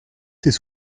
ses